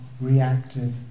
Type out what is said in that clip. reactive